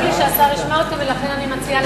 אני עניתי שחשוב לי שהשר ישמע אותי ולכן אני מציעה,